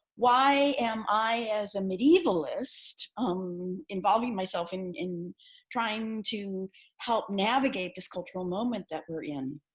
why am i as a medievalist um involving myself in in trying to help navigate this cultural moment that we're in,